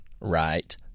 right